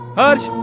harsh!